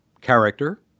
character